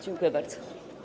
Dziękuję bardzo.